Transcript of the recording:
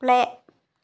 play